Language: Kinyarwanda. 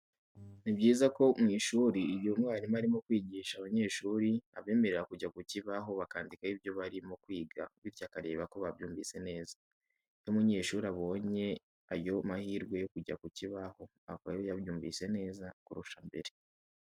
Ni byiza ko mu ishuri igihe umwarimu arimo kwigisha abanyeshuri, abemerera kujya ku kibaho bakandikaho ibyo barimo kwiga bityo akareba ko babyumvise neza. Iyo umunyeshuri abonye ayo mahirwe yo kujya ku kibaho avayo yabyumvise neza kurusha mbere.